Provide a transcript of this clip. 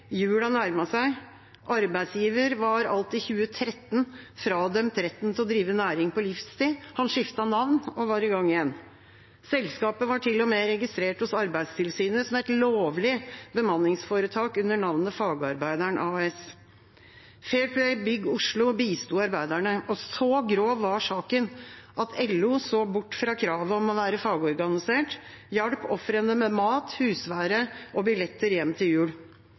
jula nærmet seg. Arbeidsgiveren var alt i 2013 fradømt retten til å drive næring på livstid. Han skiftet navn og var i gang igjen. Selskapet var til og med registrert hos Arbeidstilsynet som et lovlig bemanningsforetak under navnet Fagarbeideren AS. Fair Play Bygg Oslo bisto arbeiderne. Så grov var saken at LO så bort fra kravet om å være fagorganisert, hjalp ofrene med mat, husvære og billetter hjem til jul.